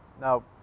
Now